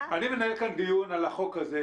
אני מנהל כאן דיון על החוק הזה,